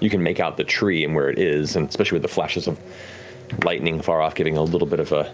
you can make out the tree and where it is and especially with the flashes of lighting far off getting a little bit of a